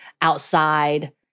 outside